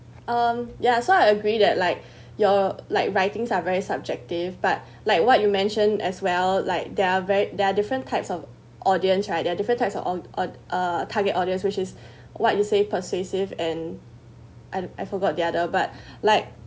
um ya so I agree that like you're like writings are very subjective but like what you mentioned as well like they're ver~ there are different types of audience right they are different types of all on uh target audience which is what you say persuasive and I I forgot the other but like